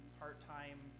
part-time